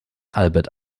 albert